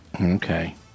Okay